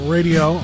Radio